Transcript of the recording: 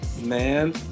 man